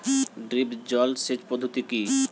Drip জল সেচ পদ্ধতি কি?